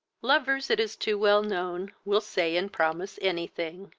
lovers, it is too well known, will say and promise any thing.